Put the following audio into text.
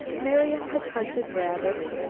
marian had hunted rabbits,